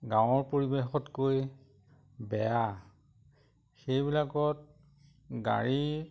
গাঁৱৰ পৰিৱেশতকৈ বেয়া সেইবিলাকত গাড়ী